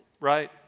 right